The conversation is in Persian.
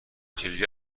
چجوری